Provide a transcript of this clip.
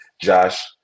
josh